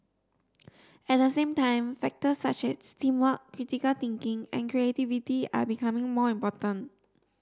at the same time factors such as teamwork critical thinking and creativity are becoming more important